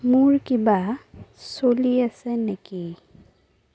মোৰ কিবা চলি আছে নেকি